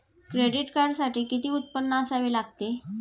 Credit कार्डसाठी किती उत्पन्न असावे लागते?